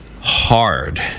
hard